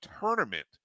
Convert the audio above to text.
tournament